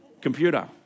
computer